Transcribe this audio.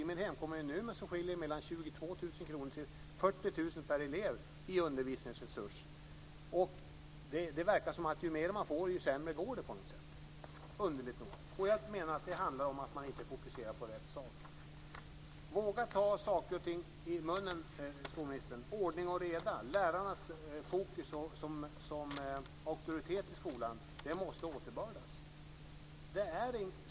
I min hemkommun Umeå skiljer det mellan 22 000 och 40 000 kr per elev i undervisningsresurser. På något sätt verkar det vara så att ju mer man får, desto sämre går det - underligt nog. Jag menar att det handlar om att man inte fokuserar på rätt sak. Våga ta saker och ting i munnen, skolministern! Detta med ordning och reda och fokus på lärarna som auktoritet i skolan måste återbördas.